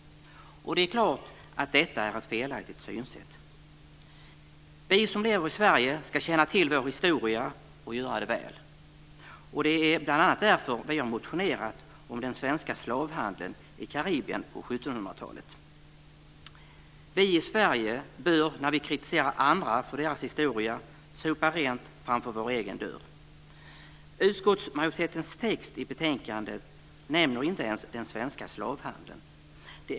Det är klart att detta är ett felaktigt synsätt. Vi som lever i Sverige ska känna till vår historia och göra det väl. Det är bl.a. därför som vi har motionerat om den svenska slavhandeln i Karibien på 1700-talet. Vi i Sverige bör när vi kritiserar andra för deras historia sopa rent framför vår egen dörr. Utskottsmajoritetens text i betänkandet nämner inte ens den svenska slavhandeln.